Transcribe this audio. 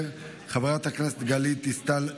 חברת הכנסת גלית דיסטל אטבריאן,